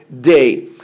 day